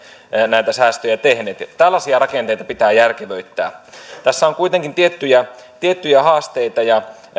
näitä säästöjä tehneet tällaisia rakenteita pitää järkevöittää tässä on kuitenkin tiettyjä tiettyjä haasteita ja